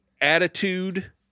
attitude